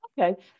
Okay